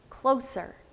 closer